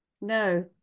no